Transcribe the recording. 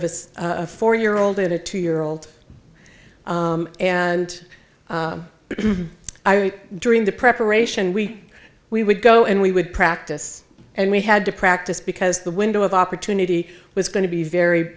of a four year old and a two year old and during the preparation we we would go and we would practice and we had to practice because the window of opportunity was going to be very